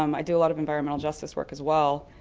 um i do a lot of environmental justice work as well,